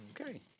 Okay